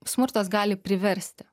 smurtas gali priversti